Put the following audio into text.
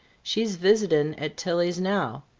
she's visitin' at tilly's now.